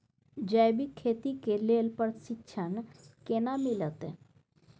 जैविक खेती के लेल प्रशिक्षण केना मिलत?